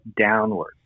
downward